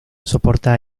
soporta